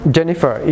Jennifer